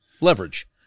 Leverage